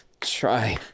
try